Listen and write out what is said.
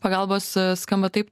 pagalbos skamba taip